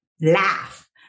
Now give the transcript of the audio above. laugh